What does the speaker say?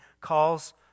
calls